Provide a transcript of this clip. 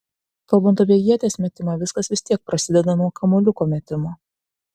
kalbant apie ieties metimą viskas vis tiek prasideda nuo kamuoliuko metimo